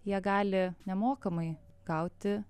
jie gali nemokamai gauti